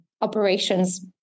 operations